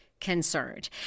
concerned